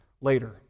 later